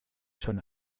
schon